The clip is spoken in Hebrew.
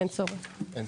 אין צורך.